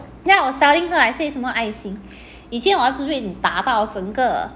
then I was telling her I say 什么爱心以前我还不是被你打到整个